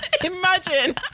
Imagine